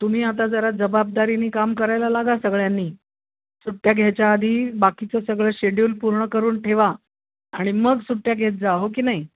तुम्ही आता जरा जबाबदारीने काम करायला लागा सगळ्यांनी सुट्ट्या घ्यायच्या आधी बाकीचं सगळं शेड्यूल पूर्ण करून ठेवा आणि मग सुट्ट्या घेत जा हो की नाही